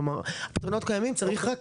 כלומר הפתרונות קיימים, צריך רק